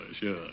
sure